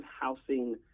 housing